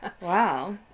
Wow